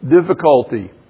difficulty